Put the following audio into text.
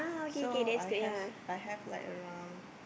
so I have I have like around